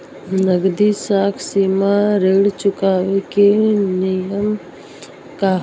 नगदी साख सीमा ऋण चुकावे के नियम का ह?